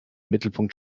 mittelpunkt